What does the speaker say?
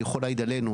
אני יכול להעיד עלינו,